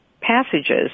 passages